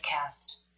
Cast